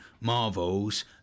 Marvels